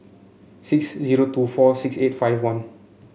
six zero two four six eight five one